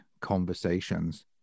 conversations